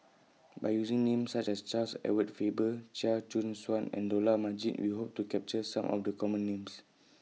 By using Names such as Charles Edward Faber Chia Choo Suan and Dollah Majid We Hope to capture Some of The Common Names